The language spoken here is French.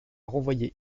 renvoyée